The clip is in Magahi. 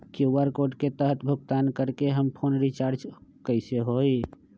कियु.आर कोड के तहद भुगतान करके हम फोन रिचार्ज कैसे होई?